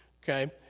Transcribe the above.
Okay